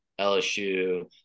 LSU